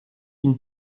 une